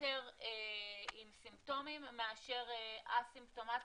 יותר עם סימפטומים מאשר א-סימפטומטיים,